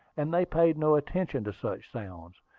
and they paid no attention to such sounds.